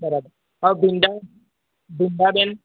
બરાબર હવે ભીંડા ભીંડા બેન